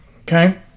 okay